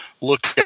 look